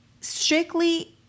strictly